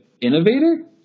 innovator